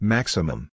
Maximum